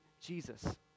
Jesus